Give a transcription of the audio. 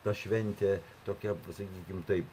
ta šventė tokia sakykim taip